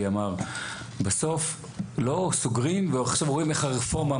בסוף לא סוגרים ועכשיו רואים איך הרפורמה,